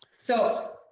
so